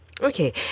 Okay